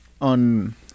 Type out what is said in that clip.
on